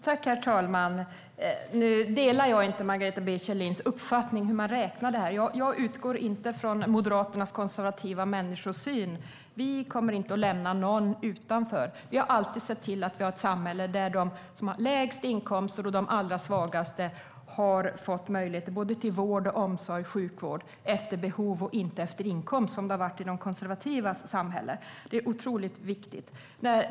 Herr talman! Jag delar inte Margareta B Kjellins uppfattning om hur man räknar på det här. Vi utgår inte från Moderaternas konservativa människosyn. Vi kommer inte att lämna någon utanför. Vi har alltid sett till att vi har ett samhälle där de som har lägst inkomster och de allra svagaste har fått möjligheter till vård, omsorg och sjukvård efter behov och inte efter inkomst, som det har varit i de konservativas samhälle. Det är otroligt viktigt.